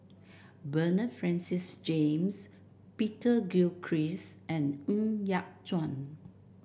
Bernard Francis James Peter Gilchrist and Ng Yat Chuan